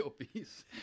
obese